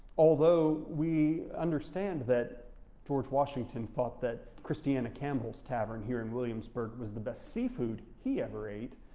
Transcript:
although we understand that george washington thought that christiana campbell's tavern here in williamsburg was the best seafood he ever ate.